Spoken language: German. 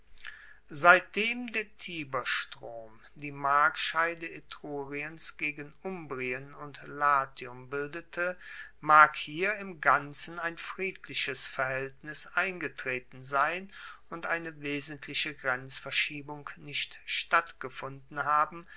seitdem der tiberstrom die markscheide etruriens gegen umbrien und latium bildete mag hier im ganzen ein friedliches verhaeltnis eingetreten sein und eine wesentliche grenzverschiebung nicht stattgefunden haben